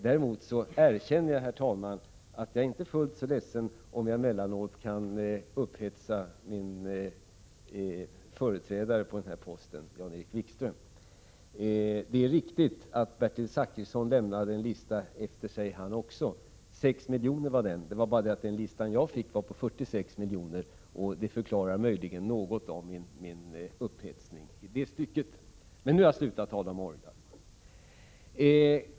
Däremot erkänner jag, herr talman, att jag inte är fullt så ledsen om jag emellanåt kan göra min företrädare på den här posten, Jan-Erik Wikström, upphetsad. Det är riktigt att också Bertil Zachrisson lämnade en lista efter sig — 6 miljoner var den på. Den lista jag fick var på 46 miljoner. Det förklarar möjligen något av min upphetsning i det sammanhanget. — Nu har jag slutat att tala om orglar.